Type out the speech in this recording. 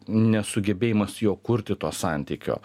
nesugebėjimas jo kurti to santykio